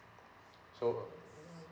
so uh